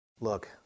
Look